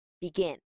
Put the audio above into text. begin